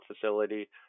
facility